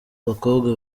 abakobwa